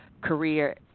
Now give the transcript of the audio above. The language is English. career